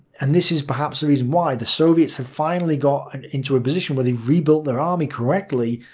and this is perhaps the reason why, the soviets have finally got and into a position where they've rebuilt their army correctly,